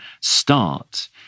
start